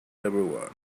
everywhere